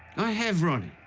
i have, ronny.